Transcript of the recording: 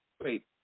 Wait